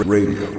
Radio